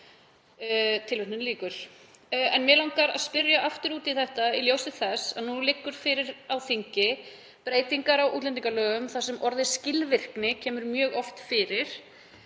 Mig langar að spyrja aftur út í þetta í ljósi þess að nú liggja fyrir á þingi breytingar á útlendingalögum þar sem orðið „skilvirkni“ kemur mjög oft fyrir.